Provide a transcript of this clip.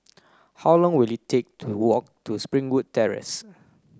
how long will it take to walk to Springwood Terrace